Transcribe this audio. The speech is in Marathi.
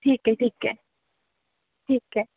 ठीक आहे ठीक आहे ठीक आहे